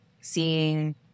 seeing